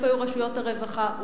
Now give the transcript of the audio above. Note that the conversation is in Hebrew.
איפה היו רשויות הרווחה?